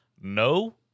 no